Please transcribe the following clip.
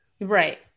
Right